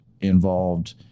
involved